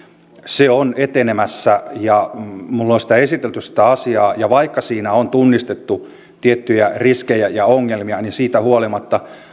se on etenemässä ja minulle on esitelty sitä asiaa ja vaikka siinä on tunnistettu tiettyjä riskejä ja ongelmia niin siitä huolimatta